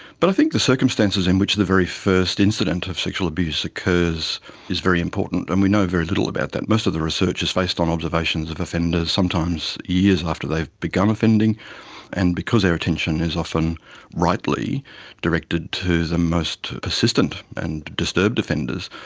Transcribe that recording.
but i think the circumstances in which the very first incidence of sexual abuse occurs is very important and we know very little about that. most of the research is based on observations of offenders sometimes years after they've begun offending and because their attention is often rightly directed to the most persistent and disturbed offenders,